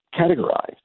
categorize